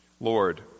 Lord